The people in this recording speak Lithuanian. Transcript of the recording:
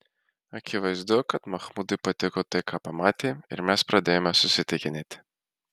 akivaizdu kad machmudui patiko tai ką pamatė ir mes pradėjome susitikinėti